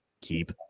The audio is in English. keep